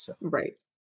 Right